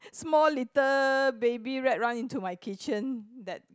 small little baby rat run into my kitchen that